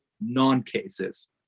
non-cases